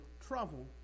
trouble